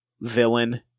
villain